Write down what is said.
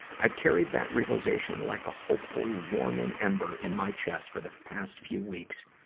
i've carried that realization like a hopeful, warming ember in my chest for the past few weeks.